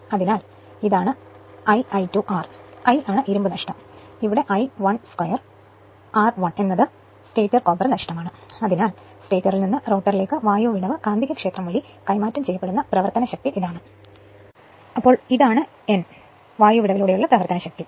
അതിനാൽ ഇതാണ് I I2 R i അതാണ് ഇരുമ്പ് നഷ്ടം ഇവിടെ I12 2 r1 എന്നത് സ്റ്റേറ്റർ കോപ്പർ നഷ്ടമാണ് അതിനാൽ സ്റ്റേറ്ററിൽ നിന്ന് റോട്ടറിലേക്ക് വായു വിടവ് കാന്തികക്ഷേത്രം വഴി കൈമാറ്റം ചെയ്യപ്പെടുന്ന പ്രവർത്തനശക്തി ഇതാണ് ഇതാണ് n വായു വിടവിലൂടെയുള്ള പ്രവർത്തനശക്തി